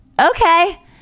okay